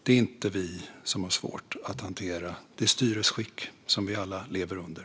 Det är inte vi som har svårt att hantera det styresskick som vi alla lever under.